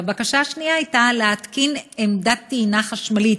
והבקשה השנייה הייתה להתקין עמדת טעינה חשמלית,